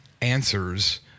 answers